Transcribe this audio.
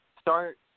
start